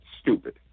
stupid